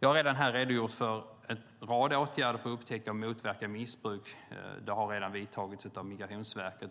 Jag har redan redogjort för en rad åtgärder som Migrationsverket har vidtagit för att upptäcka och motverka missbruk.